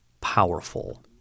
powerful